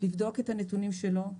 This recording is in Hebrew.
לבדוק את הנתונים שלו,